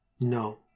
No